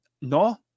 No